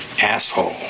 asshole